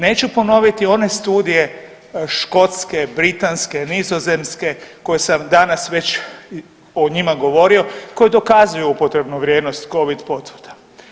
Neću ponoviti one studije Škotske, Britanske, Nizozemske koje sam danas već o njima govorio koje dokazuju upotrebnu vrijednost Covid potvrda.